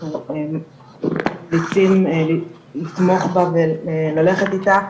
אנחנו ממליצים לתמוך בה וללכת איתה.